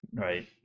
Right